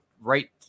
right